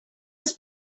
els